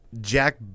Jack